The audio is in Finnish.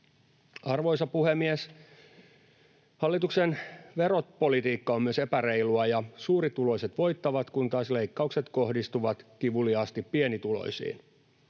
Arvoisa puhemies! Hallituksen veropolitiikka on myös epäreilua, ja suurituloiset voittavat, kun taas leikkaukset kohdistuvat kivuliaasti pienituloisiin.